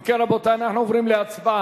אם כן, רבותי, אנחנו עוברים להצבעה